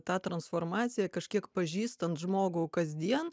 ta transformacija kažkiek pažįstant žmogų kasdien